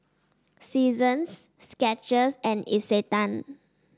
Seasons Skechers and Isetan